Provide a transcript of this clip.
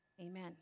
Amen